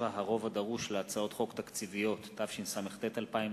7) (הרוב הדרוש להצעות חוק תקציביות); הצעת